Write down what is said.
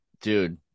dude